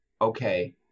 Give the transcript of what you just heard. okay